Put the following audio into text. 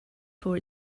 for